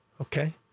okay